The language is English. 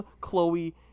Chloe